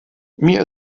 mir